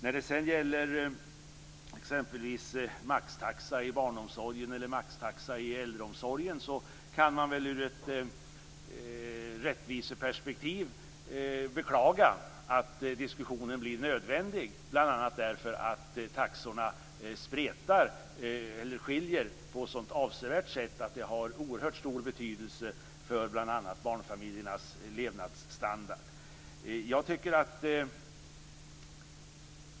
När det sedan gäller exempelvis maxtaxa i barnomsorgen eller maxtaxa i äldreomsorgen kan man väl beklaga att diskussionen blir nödvändig ur ett rättviseperspektiv bl.a. därför att taxorna skiljer på ett så avsevärt sätt att det har oerhört stor betydelse för bl.a.